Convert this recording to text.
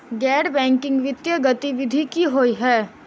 गैर बैंकिंग वित्तीय गतिविधि की होइ है?